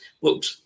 Looked